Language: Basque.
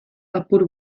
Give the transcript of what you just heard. apur